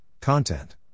content